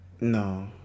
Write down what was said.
No